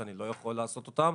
שאני לא יכול לעשות אותם,